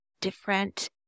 different